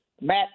Matt